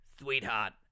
Sweetheart